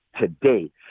today